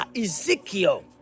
Ezekiel